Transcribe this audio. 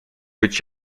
być